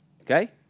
okay